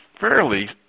fairly